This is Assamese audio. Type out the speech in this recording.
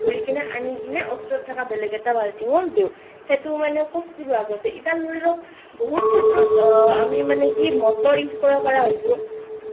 ধৰি কিনে আনি কিনে ওচৰত থকা বেলেগ এটা বাল্টিংত দিওঁ সেইটো মানে কৰছিলোঁ আগতে বহুত ক্ষেত্ৰত আমি মানে কি মটৰ ইউজ কৰিব পৰা হৈছোঁ